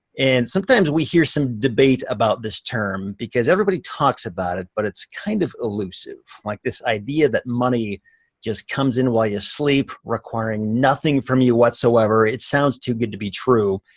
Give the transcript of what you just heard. and sometimes we hear some debate about this term because everybody talks about it, but it's kind of elusive. like this idea that money just comes in while you sleep requiring nothing from you whatsoever, it sounds too good to be true.